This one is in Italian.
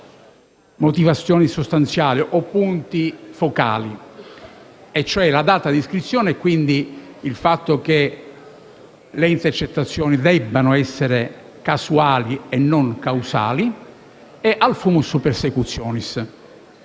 motivazioni sostanziali o punti focali: la data di iscrizione (quindi il fatto che le intercettazioni debbano essere casuali e non causali) e il *fumus persecutionis*.